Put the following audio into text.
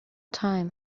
time